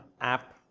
app